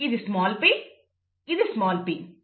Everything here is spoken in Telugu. ఇది స్మాల్ pఇది స్మాల్ p